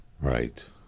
Right